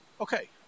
okay